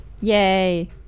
Yay